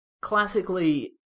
classically